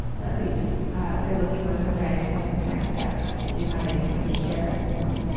but we just they're looking for some guidance as to next steps if you have anything to share at this point.